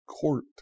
court